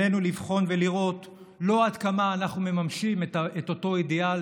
עלינו לבחון ולראות לא עד כמה אנו מממשים את אותו אידיאל